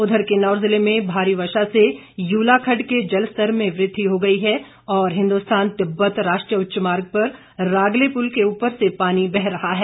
उधर किन्नौर जिले में भारी वर्षा से यूला खड़ड के जलस्तर में वृद्धि हो गई है और हिन्दुस्तान तिब्बत राष्ट्रीय उच्च मार्ग पर रागले पुल के ऊपर से पानी बह रहा है